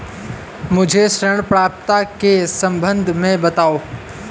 मुझे ऋण पात्रता के सम्बन्ध में बताओ?